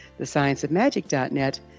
thescienceofmagic.net